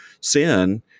sin